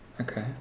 Okay